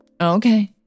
Okay